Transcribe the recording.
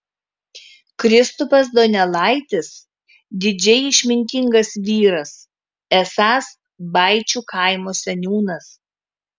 kristupas donelaitis didžiai išmintingas vyras esąs baičių kaimo seniūnas